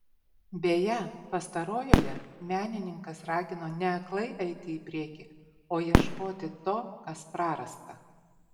beje pastarojoje menininkas ragino ne aklai eiti į priekį o ieškoti to kas prarasta